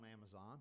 Amazon